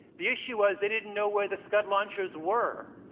the issue was they didn't know where the scud launchers were.